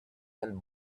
and